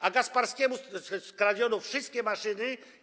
A Gasparskiemu skradziono wszystkie maszyny.